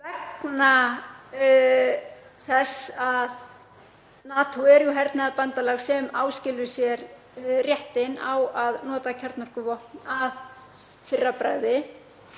vegna þess að NATO er jú hernaðarbandalag sem áskilur sér réttinn til að nota kjarnorkuvopn að fyrra bragði.